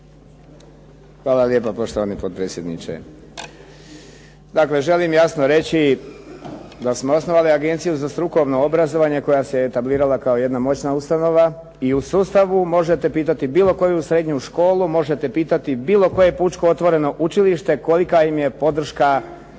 Hvala lijepo poštovani potpredsjedniče. Dakle, želim jasno reći da smo osnovali Agenciju za strukovno obrazovanje koja se etablirala kao jedna moćna ustanova i u sustavu možete pitati bilo koju srednju školu, možete pitati bilo koje pučko otvoreno učilište kolika im je podrška Agencija